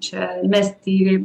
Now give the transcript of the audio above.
čia mesti į